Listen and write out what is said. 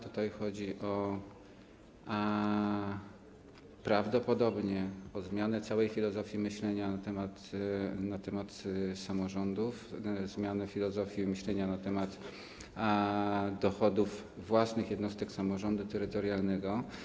Tutaj chodzi prawdopodobnie o zmianę całej filozofii myślenia na temat samorządów, zmiany filozofii myślenia na temat dochodów własnych jednostek samorządu terytorialnego.